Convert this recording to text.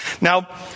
Now